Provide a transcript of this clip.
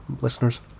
listeners